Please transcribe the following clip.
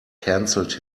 canceled